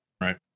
Right